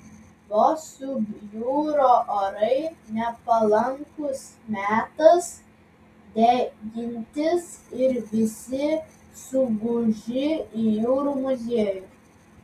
vos subjuro orai nepalankus metas degintis ir visi suguži į jūrų muziejų